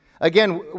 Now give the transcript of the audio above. again